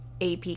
AP